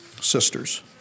sisters